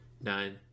nine